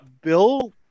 Bill